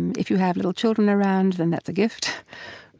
and if you have little children around, then that's a gift